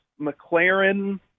McLaren